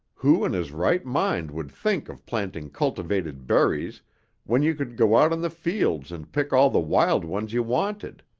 who in his right mind would think of planting cultivated berries when you could go out in the fields and pick all the wild ones you wanted?